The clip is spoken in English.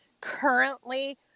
currently